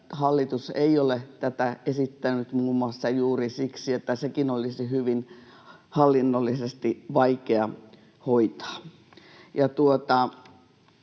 hallitus ei ole tätä esittänyt muun muassa juuri siksi, että sekin olisi hallinnollisesti hyvin vaikea hoitaa.